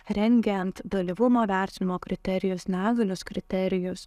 rengiant dalyvumo vertinimo kriterijus negalios kriterijus